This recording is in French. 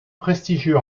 prestigieux